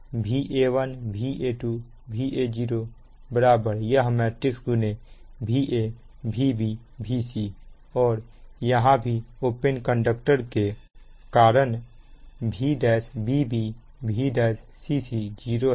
अब Va1 Va2 Va0 यह matrix Va Vb Vc और यहां भी ओपन कंडक्टर के कारण Vbb1Vcc1 0 है